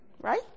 right